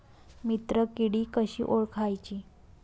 मित्र किडी कशी ओळखाची?